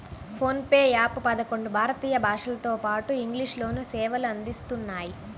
phone pay app పదకొండు భారతీయ భాషలతోపాటు ఇంగ్లీష్ లోనూ సేవలు అందిస్తున్నాయి